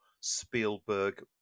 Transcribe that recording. Spielberg